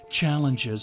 Challenges